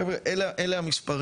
חבר'ה, אלה המספרים.